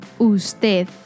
Usted